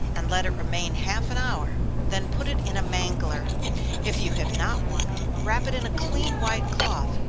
and let it remain half an hour, then put it in a mangler if you have not one, wrap it in a clean white cloth,